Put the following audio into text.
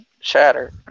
shatter